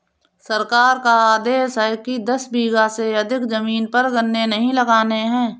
सरकार का आदेश है कि दस बीघा से अधिक जमीन पर गन्ने नही लगाने हैं